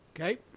Okay